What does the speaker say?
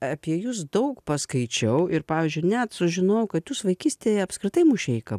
apie jus daug paskaičiau ir pavyzdžiui net sužinojau kad jūs vaikystėje apskritai mušeika